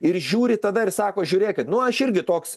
ir žiūri tada ir sako žiūrėkit nu aš irgi toks